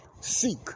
Seek